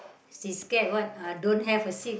she scared what uh don't have a seat